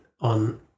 on